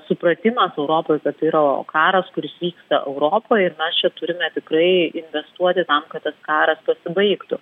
supratimas europoj kad tai yra karas kuris vyksta europoj ir aš čia turime tikrai investuoti tam kad tas karas pasibaigtų